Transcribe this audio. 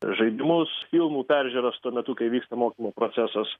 žaidimus filmų peržiūras tuo metu kai vyksta mokymo procesas